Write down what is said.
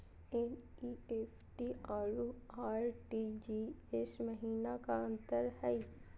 NEFT अरु RTGS महिना का अंतर हई?